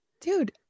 dude